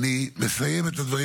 תודה רבה ושנה טובה.